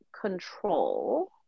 control